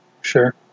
Sure